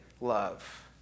love